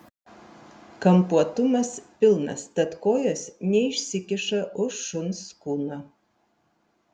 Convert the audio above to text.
kampuotumas pilnas tad kojos neišsikiša už šuns kūno